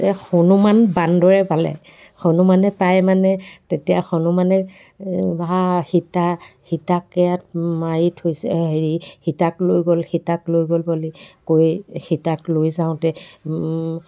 এই হনুমান বান্দৰে পালে হনুমানে পাই মানে তেতিয়া হনুমানে বা সীতা সীতাক ইয়াত মাৰি থৈছে হেৰি সীতাক লৈ গ'ল সীতাক লৈ গ'ল বুলি কৈ সীতাক লৈ যাওঁতে